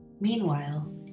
Meanwhile